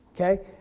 Okay